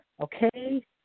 okay